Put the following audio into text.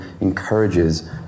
encourages